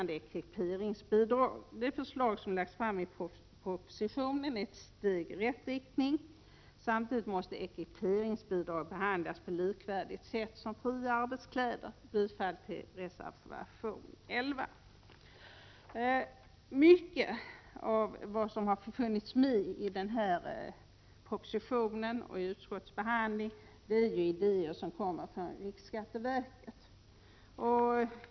De förslag som lagts fram i propositionen beträffande ekiperingsbidrag är ett steg i rätt riktning. Samtidigt måste ekiperingsbidrag behandlas likvärdigt med fria arbetskläder. Jag yrkar bifall till reservation 11. Många av de förslag som finns med i propositionen och i utskottsbehandlingen är idéer som kommer från riksskatteverket.